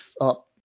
up